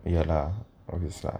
ya lah obviously